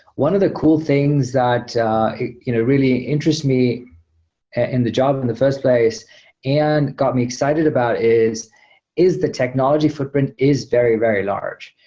one of the cool things that you know really interests me in the job in the first place and got me excited about is is the technology footprint is very, very large.